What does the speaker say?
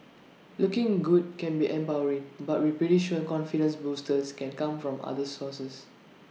looking good can be empowering but we're pretty sure confidence boosters can come from other sources